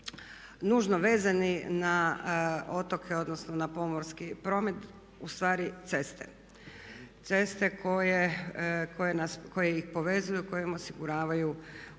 nužno vezani na otoke, odnosno na pomorski promet ustvari ceste. Ceste koje ih povezuju, koje im osiguravaju